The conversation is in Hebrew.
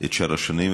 את שאר השנים,